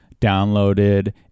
downloaded